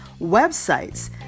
websites